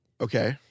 Okay